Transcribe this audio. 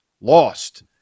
lost